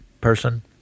person